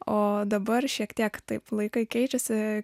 o dabar šiek tiek taip laikai keičiasi